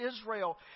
Israel